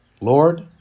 Lord